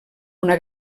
una